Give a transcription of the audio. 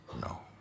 No